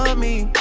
me?